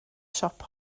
siop